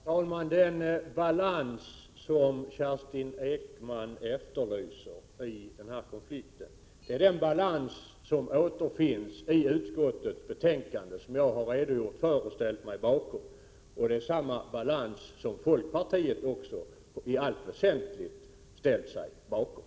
Herr talman! Den balans som Kerstin Ekman efterlyser i den här konflikten är den balans som återfinns i utskottsbetänkandet och som jag har 9 Prot. 1987/88:129 redogjort för och ställt mig bakom. Det är samma balans som även folkpartiet i allt väsentligt har ställt sig bakom.